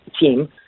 team